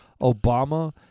Obama